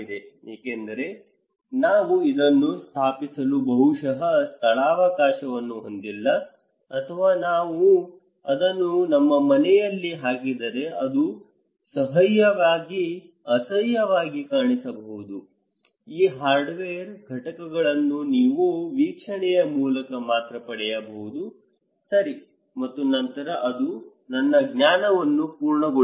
ಏಕೆಂದರೆ ನಾನು ಅದನ್ನು ಸ್ಥಾಪಿಸಲು ಬಹುಶಃ ಸ್ಥಳಾವಕಾಶವನ್ನು ಹೊಂದಿಲ್ಲ ಅಥವಾ ನಾನು ಅದನ್ನು ನನ್ನ ಮನೆಯಲ್ಲಿ ಹಾಕಿದರೆ ಅದು ಅಸಹ್ಯವಾಗಿ ಕಾಣಿಸಬಹುದು ಈ ಹಾರ್ಡ್ವೇರ್ ಘಟಕಗಳನ್ನು ನೀವು ವೀಕ್ಷಣೆಯ ಮೂಲಕ ಮಾತ್ರ ಪಡೆಯಬಹುದು ಸರಿ ಮತ್ತು ನಂತರ ಅದು ನನ್ನ ಜ್ಞಾನವನ್ನು ಪೂರ್ಣಗೊಳಿಸುತ್ತದೆ